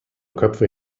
köpfe